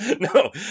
No